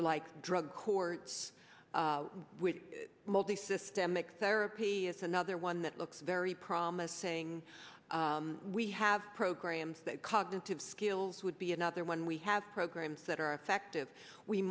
like drug courts with multi systemic therapy is another one that looks very promising we have programs that cognitive skills would be another one we have programs that are effective we